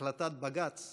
החלטת בג"ץ